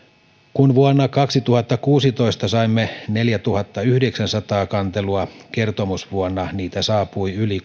kun vuonna kaksituhattakuusitoista saimme neljätuhattayhdeksänsataa kantelua kertomusvuonna niitä saapui yli